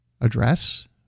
address